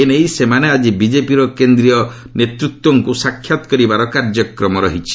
ଏ ନେଇ ସେମାନେ ଆଜି ବିଜେପିର କେନ୍ଦ୍ରୀୟ ନେତୃତ୍ୱଙ୍କୁ ସାକ୍ଷାତ କରିବାର କାର୍ଯ୍ୟକ୍ମ ରହିଛି